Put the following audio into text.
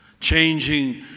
Changing